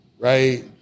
Right